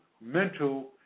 mental